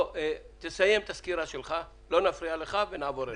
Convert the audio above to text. לא נפריע לך, תסיים את הסקירה שלך ונעבור אליו.